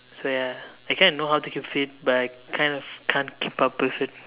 so ya I kind of know how to keep fit but I kind of can't keep up with it